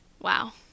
Wow